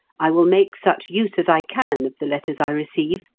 i will make such use as i can of the letters i receive,